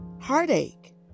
Heartache